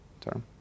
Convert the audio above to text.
term